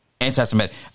Anti-Semitic